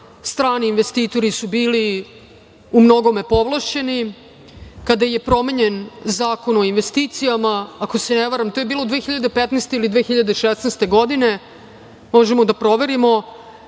strani investitori su bili umnogome povlašćeni. Kada je promenjen Zakon o investicijama, ako se ne varam, to je bilo 2015. ili 2016. godine, možemo da proverimo,